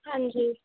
ਹਾਂਜੀ